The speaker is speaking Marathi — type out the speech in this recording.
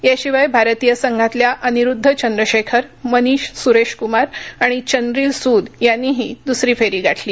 याशिवाय भारतीय संघातल्या अनिरुद्ध चंद्रशेखर मनिष सुरेशक्मार आणि चंद्रील सुद यांनीही दुसरी फेरी गाठली